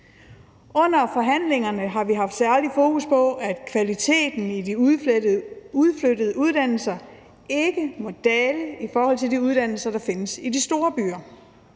Under forhandlingerne har vi haft særlig fokus på, at kvaliteten i de udflyttede uddannelser ikke må dale i forhold til de uddannelser, der findes i de store byer.